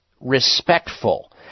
respectful